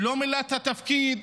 שלא מילא את התפקיד.